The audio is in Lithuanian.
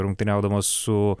rungtyniaudamas su